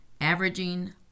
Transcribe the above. averaging